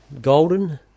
golden